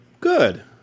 Good